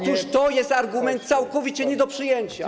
Otóż to jest argument całkowicie nie do przyjęcia.